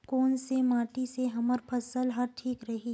कोन से माटी से हमर फसल ह ठीक रही?